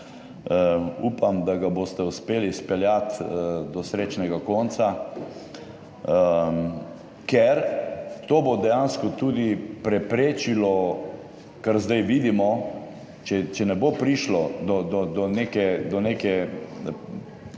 Upam, da ga boste uspeli izpeljati do srečnega konca, ker to bo dejansko tudi preprečilo, kar zdaj vidimo, če ne bo prišlo do neke